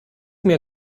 mir